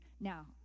Now